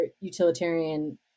utilitarian